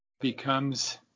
becomes